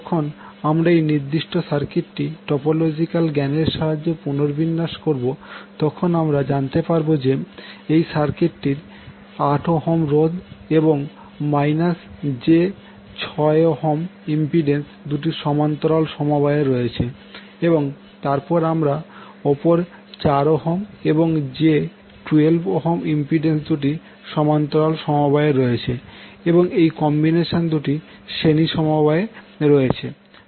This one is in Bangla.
যখন আমরা এই নির্দিষ্ট সার্কিটটি টপোলজিকাল জ্ঞানের সাহায্যে পুনর্বিন্যাস করবো তখন আমরা জানতে পারবো যে এই সার্কিটটির 8 Ω রোধ এবং −j6Ω ইম্পিড্যান্স দুটি সমান্তরাল সমবায়ে রয়েছে এবং তারপর অপর 4Ω and j12Ω ইম্পিড্যান্স দুটি সমান্তরাল সমবায়ে রয়েছে এবং এই কম্বিনেশন দুটি শ্রেণী সমবায়ে রয়েছে